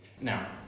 Now